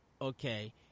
okay